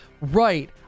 Right